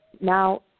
Now